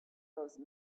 those